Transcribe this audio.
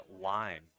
line